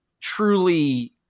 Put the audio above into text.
truly